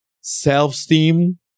self-esteem